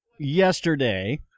Yesterday